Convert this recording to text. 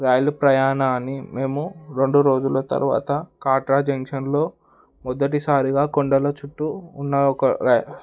రైలు ప్రయాణాన్ని మేము రెండు రోజుల తర్వాత కాట్రా జంక్షన్లో మొదటిసారిగా కొండల చుట్టూ ఉన్న ఒక రైల్వే